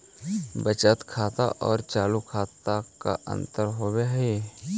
बचत खाता और चालु खाता में का अंतर होव हइ?